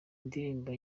ndirimbo